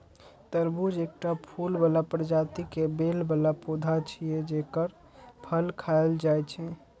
तरबूज एकटा फूल बला प्रजाति के बेल बला पौधा छियै, जेकर फल खायल जाइ छै